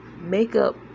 makeup